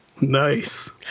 Nice